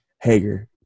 Hager